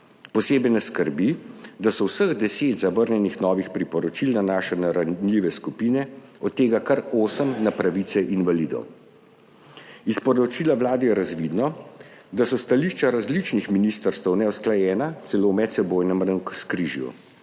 Posebej nas skrbi, da se vseh deset zavrnjenih novih priporočil nanaša na ranljive skupine, od tega kar osem na pravice invalidov. Iz poročila Vlade je razvidno, da so stališča različnih ministrstev neusklajena, celo v medsebojnem navzkrižju,